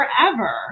forever